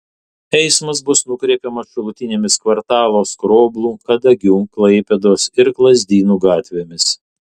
eismas bus nukreipiamas šalutinėmis kvartalo skroblų kadagių klaipėdos ir lazdynų gatvėmis